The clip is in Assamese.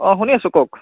অঁ শুনি আছো কওক